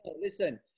listen